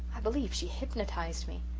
i believe she hypnotized me.